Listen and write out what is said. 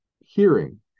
hearing